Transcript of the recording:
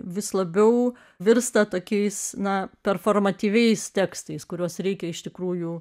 vis labiau virsta tokiais na informatyviais tekstais kuriuos reikia iš tikrųjų